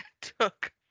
took